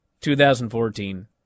2014